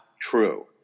true